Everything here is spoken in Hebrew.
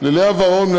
ללאה ורון,